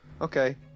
Okay